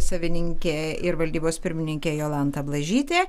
savininkė ir valdybos pirmininkė jolanta blažytė